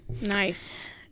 Nice